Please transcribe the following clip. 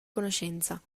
conoscenza